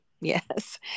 yes